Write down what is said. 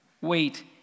wait